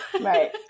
Right